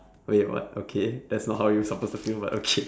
wait what okay that's not how you're supposed to feel but okay